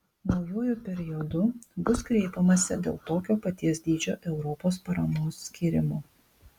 naujuoju periodu bus kreipiamasi dėl tokio paties dydžio europos paramos skyrimo